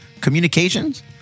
Communications